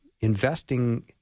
investing